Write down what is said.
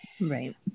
Right